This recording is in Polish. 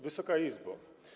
Wysoka Izbo!